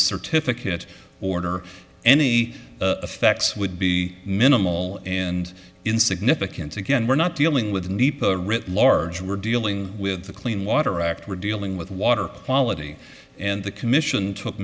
certificate order any effects would be minimal and insignificant again we're not dealing with writ large we're dealing with the clean water act we're dealing with water quality and the commission took